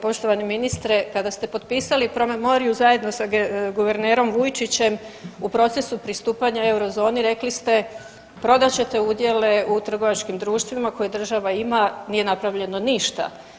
Poštovani ministre, kada ste potpisali promemoriju zajedno sa guvernerom Vujčićem u procesu pristupanja Eurozoni, rekli ste, prodat ćete udjele u trgovačkim društvima koje država ima, nije napravljeno ništa.